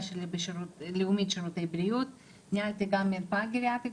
שלי בלאומית שירותי בריאות ניהלתי גם מרפאה גריאטרית